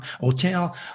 hotel